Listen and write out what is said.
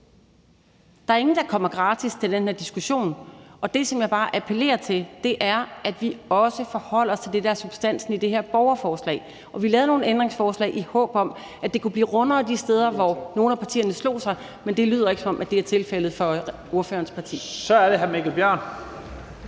Der er ingen, der kommer gratis til den her diskussion, og det, som jeg bare appellerer til, er, at vi også forholder os til det, som er substansen i det her borgerforslag. Og vi lavede nogle ændringsforslag, i håb om at det kunne blive rundere de steder, hvor nogle af partierne slog sig, men det lyder ikke, som om det er tilfældet for ordførerens parti. Kl. 10:12 Første